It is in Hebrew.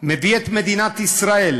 מביא את מדינת ישראל